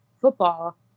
football